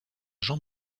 jean